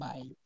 Bye